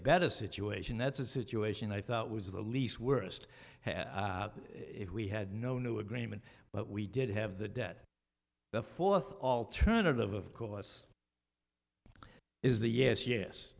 better situation that's a situation i thought was the least worst if we had no new agreement but we did have the debt the fourth alternative of course is the yes yes